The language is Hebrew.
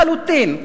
לחלוטין.